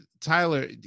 Tyler